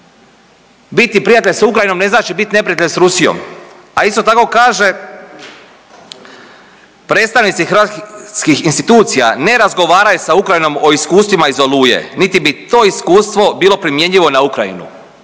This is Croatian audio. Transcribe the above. „Biti prijatelj s Ukrajinom ne znači biti neprijatelj s Rusijom“, a isto tako kaže „Predstavnici hrvatskih institucija ne razgovaraju sa Ukrajinom o iskustvima iz Oluje niti bi to iskustvo bilo primjenjivo na Ukrajinu“